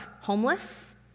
homeless